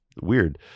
weird